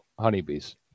honeybees